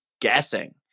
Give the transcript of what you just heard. guessing